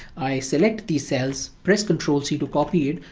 i select these cells, press control c to copy it,